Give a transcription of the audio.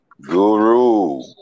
Guru